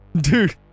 dude